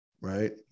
right